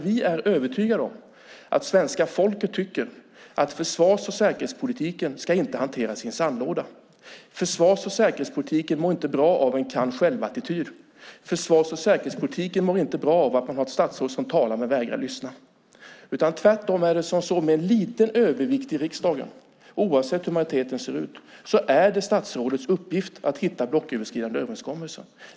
Vi är övertygade om att svenska folket tycker att försvars och säkerhetspolitiken inte ska hanteras i en sandlåda. Försvars och säkerhetspolitiken mår inte bra av en kan-själv-attityd. Försvars och säkerhetspolitiken mår inte bra av ett statsråd som talar men vägrar lyssna. Tvärtom, med en liten övervikt i riksdagen, oavsett hur majoriteten ser ut, är det statsrådets uppgift at hitta blocköverskridande överenskommelser.